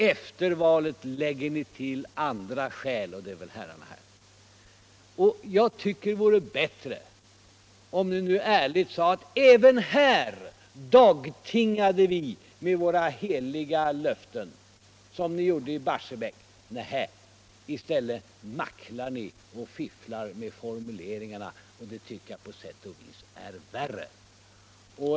Efter valet lägger ni till ”andra skäl”, och det är väl herrarna här som är dessa skäl. Jag tycker att det vore bättre om ni ärligt sade att även här dagtingade vi med våra heliga löften, vilket vi gjorde i fallet Barsebäck. Men nej, i stället macklar ni och fifflar med formuleringarna, och det tycker jag på sätt och vis är värre.